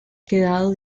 quedado